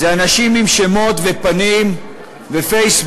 זה אנשים עם שמות ופנים בפייסבוק,